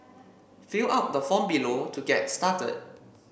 fill out the form below to get started